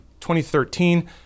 2013